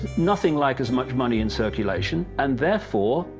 nothing like as much money in circulation and therefore,